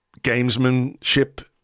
gamesmanship